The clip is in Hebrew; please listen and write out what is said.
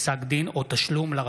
פסק דין או תשלום לרשות),